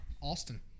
Austin